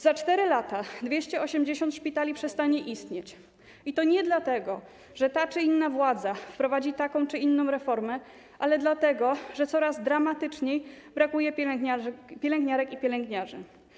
Za 4 lata 280 szpitali przestanie istnieć, i to nie dlatego, że ta czy inna władza wprowadzi taką czy inną reformę, ale dlatego, że coraz dramatyczniej brakuje pielęgniarek i pielęgniarzy.